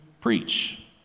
preach